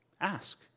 Ask